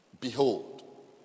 Behold